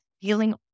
Feeling